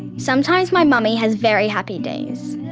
sometimes my mummy has very happy days.